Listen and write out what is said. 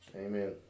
Amen